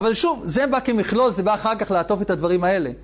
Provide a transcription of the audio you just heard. אבל שוב, זה בא כמכלול, זה בא אחר כך לעטוף את הדברים האלה.